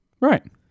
Right